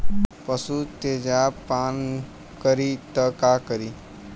पशु तेजाब पान करी त का करी?